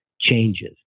changes